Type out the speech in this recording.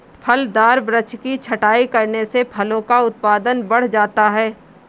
फलदार वृक्ष की छटाई करने से फलों का उत्पादन बढ़ जाता है